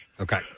Okay